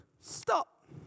Stop